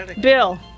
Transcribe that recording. Bill